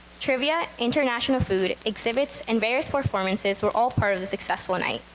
trivia, international food, exhibits and various performances were all part of this successful night.